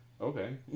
okay